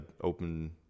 open